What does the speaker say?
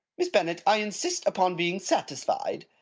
miss bennet, i insist upon being satisfied.